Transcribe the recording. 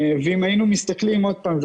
אם היינו מסתכלים עוד פעם,